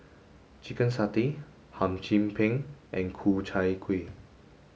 chicken satay Hum Chim Peng and Ku Chai Kuih